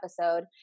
episode